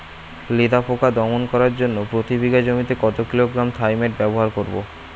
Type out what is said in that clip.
লেদা পোকা দমন করার জন্য প্রতি বিঘা জমিতে কত কিলোগ্রাম থাইমেট ব্যবহার করব?